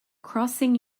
crossing